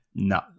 No